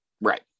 Right